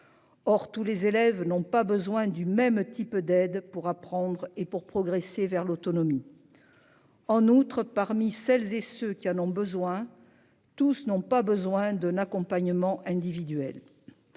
Or, tous les élèves n'ont pas besoin du même type d'aide pour apprendre et pour progresser vers l'autonomie. En outre, parmi celles et ceux qui en ont besoin. Tous n'ont pas besoin d'un accompagnement individuel.